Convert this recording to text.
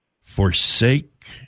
forsake